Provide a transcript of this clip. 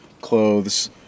clothes